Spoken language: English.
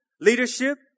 leadership